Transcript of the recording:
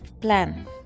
plan